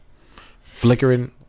Flickering